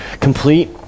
complete